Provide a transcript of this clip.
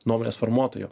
nuomonės formuotojų